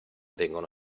vengono